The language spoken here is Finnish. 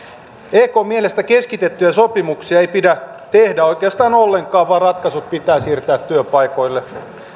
ekn mielestä keskitettyjä sopimuksia ei pidä tehdä oikeastaan ollenkaan vaan ratkaisut pitää siirtää työpaikoille